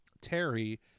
Terry